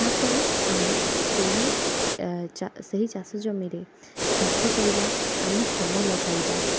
ତା'ପରେ ଆମେ ସେହି ସେହି ଚାଷଜମିରେ ଚାଷ କରିବା ଆମ ଶ୍ରମ ଲଗାଇବା